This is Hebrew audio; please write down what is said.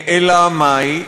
אלא מאי?